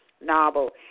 novel